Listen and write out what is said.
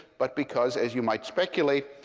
but because, as you might speculate,